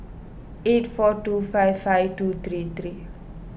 eight four two five five two three three